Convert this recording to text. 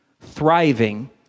thriving